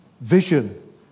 vision